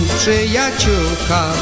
przyjaciółka